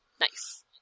Nice